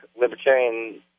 libertarian